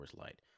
Light